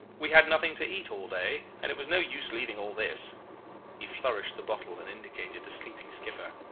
we had nothing to eat all day, and it was no use leaving all this he flourished the bottle and indicated the sleeping skipper.